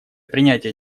принятия